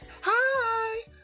hi